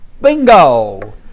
Bingo